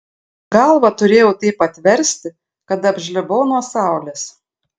galvą turėjau taip atversti kad apžlibau nuo saulės